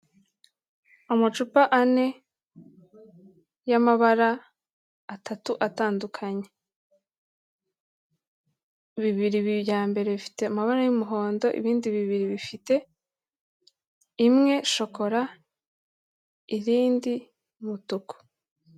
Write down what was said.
Amacupa ane y'amabara atatu atandukanye, bibiri bi bya mbere bifite amabara y'umuhondo ibindi bibiri bifite imwe shokora irindi umutuku.